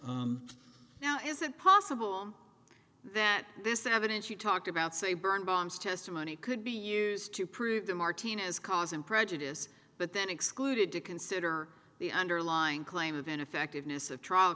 now is it possible that this evidence you talked about say burn bombs testimony could be used to prove that martinez causing prejudice but then excluded to consider the underlying claim of ineffectiveness of trial